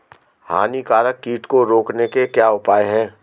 हानिकारक कीट को रोकने के क्या उपाय हैं?